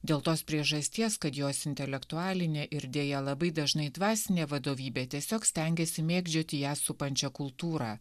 dėl tos priežasties kad jos intelektualinė ir deja labai dažnai dvasinė vadovybė tiesiog stengiasi mėgdžioti ją supančią kultūrą